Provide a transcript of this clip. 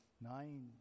nine